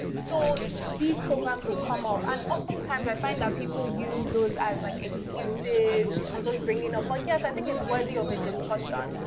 so these programs will come up. and oftentimes, i find that people use those as like excuses and just bringing up like, yes, i think it's worthy of a and discussion.